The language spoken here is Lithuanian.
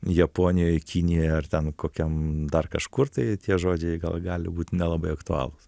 japonijoj kinijoj ar ten kokiam dar kažkur tai tie žodžiai gal gali būt nelabai aktualūs